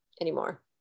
anymore